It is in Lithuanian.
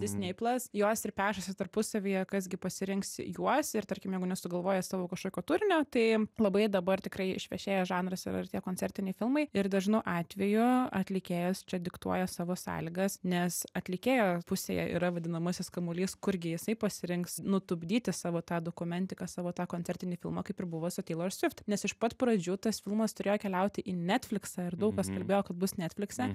disnei plas jos ir pešasi tarpusavyje kas gi pasirinks juos ir tarkim jeigu nesugalvoja savo kažkokio turinio tai labai dabar tikrai išvešėjęs žanras yra ir tie koncertiniai filmai ir dažnu atveju atlikėjas čia diktuoja savo sąlygas nes atlikėjo pusėje yra vadinamasis kamuolys kurgi jisai pasirinks nutupdyti savo tą dokumentiką savo tą koncertinį filmą kaip ir buvo su teilor svift nes iš pat pradžių tas filmas turėjo keliauti į netfliksą ir daug kas kalbėjo kad bus netflikse